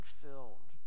filled